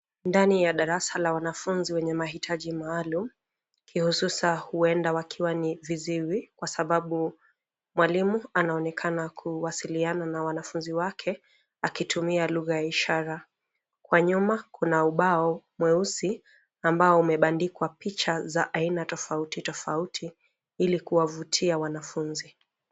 Ndani ya darasa la wanafunzi wenye mahitaji maalum, kihususa huenda wakiwa ni viziwi kwa sababu, mwalimu anaonekana kuwasiliana na wanafunzi wake, akitumia lugha ya ishara. Kwa nyuma, kuna ubao, mweusi, ambao umebandikwa picha za aina tofauti tofauti ili kuwavutia wanafunzi.